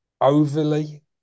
overly